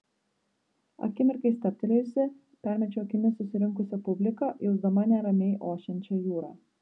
akimirkai stabtelėjusi permečiau akimis susirinkusią publiką jausdama neramiai ošiančią jūrą